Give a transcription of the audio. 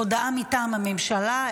הודעה מטעם הממשלה.